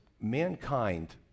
mankind